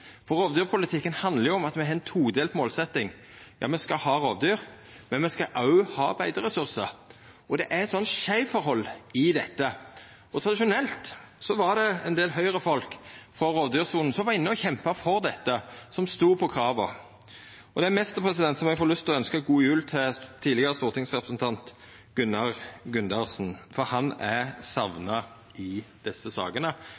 todelt målsetjing, der me skal ha rovdyr, og me skal òg ha beiteressursar. Det er eit slikt skeivforhold i dette. Tradisjonelt var det ein del Høgre-folk frå rovdyrsona som kjempa for dette, som stod på krava. Det er nesten så eg får lyst til å ønskja god jul til tidlegare stortingsrepresentant Gunnar Gundersen, for han er sakna i desse sakene,